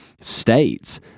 states